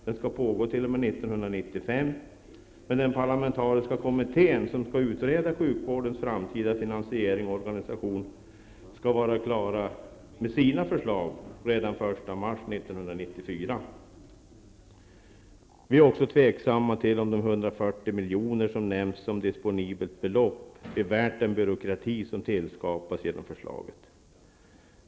Den skall pågå t.o.m. 1995, men den parlamentariska kommitté som skall utreda sjukvårdens framtida finansiering och organisation skall vara klar med sina förslag redan den 1 mars 1994. Vi är också tveksamma till om det för de 140 miljoner som nämns som disponibelt belopp är värt att skapa den byråkrati som tillkommer genom förslaget.